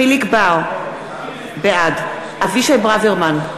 יחיאל חיליק בר, בעד אבישי ברוורמן,